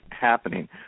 happening